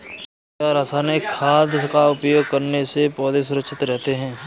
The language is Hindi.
क्या रसायनिक खाद का उपयोग करने से पौधे सुरक्षित रहते हैं?